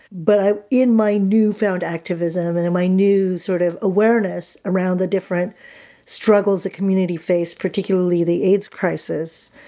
but in my newfound activism and in my new sort of awareness around the different struggles the community faced, particularly the aids crisis,